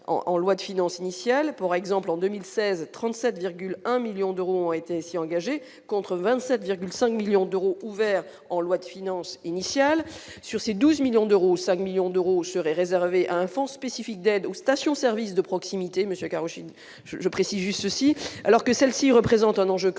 en loi de finances initiale pour exemple, en 2016 37,1 millions d'euros a été si contre 27,5 millions d'euros ouverts en loi de finances initiale sur ces 12 millions d'euros, 5 millions d'euros serait réservé à un fonds spécifique d'aide aux stations services de proximité, monsieur Karoutchi je précise juste ceci alors que celle-ci représente un enjeu crucial,